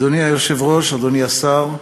אדוני היושב-ראש, אדוני השר,